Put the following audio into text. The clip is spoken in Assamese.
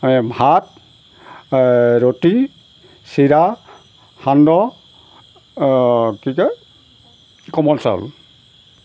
ভাত ৰুটি চিৰা সান্দহ কি কয় কোমল চাউল